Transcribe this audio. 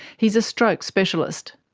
he's a stroke specialist.